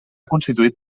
constituït